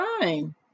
time